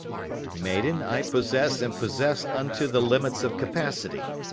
maiden, i possess and possess unto the limits of capacity.